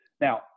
Now